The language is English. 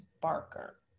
Barker